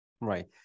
Right